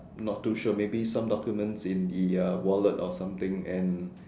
not too sure maybe some documents in the uh wallet or something and